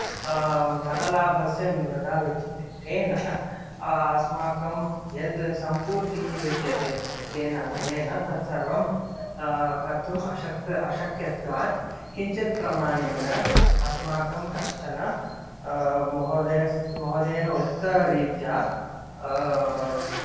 धनलाभस्य न्यूनता विद्यते तेन अस्माकं यत् सम्पूर्तिः विद्यते तेन धनेन तत्सर्वं कर्तुम् अशक्यत्वात् किञ्चित्प्रमाणेन अस्माकं कश्चन महोदयेन उक्तरीत्या